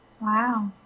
Wow